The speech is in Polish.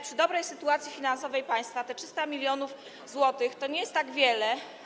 Przy dobrej sytuacji finansowej państwa te 300 mln zł to nie jest tak wiele.